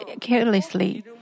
carelessly